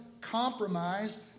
compromise